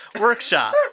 workshop